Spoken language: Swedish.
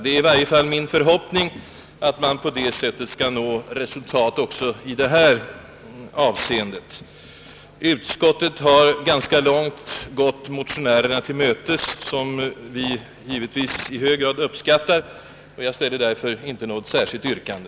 Det är i varje fall min förhoppning att man på det sättet skall nå resultat också i detta avseende, Utskottet har ganska långt gått motionärerna till mötes, något som vi givetvis i hög grad uppskattar, och jag ställer därför inte något särskilt yrkande.